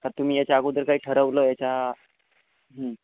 का तुम्ही याच्या अगोदर काही ठरवलं याच्या